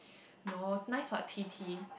no nice what T T